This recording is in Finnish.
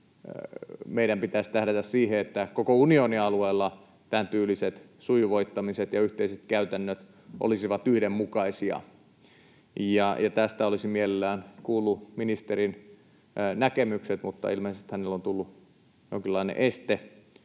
meidän pitäisi tähdätä siihen, että koko unionin alueella tämäntyyliset sujuvoittamiset ja yhteiset käytännöt olisivat yhdenmukaisia. Tästä olisin mielelläni kuullut ministerin näkemykset — mutta ilmeisesti hänelle on tullut jonkinlainen este